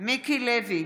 מיקי לוי,